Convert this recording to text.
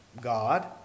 God